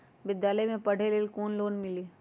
विद्यालय में पढ़े लेल कौनो लोन हई?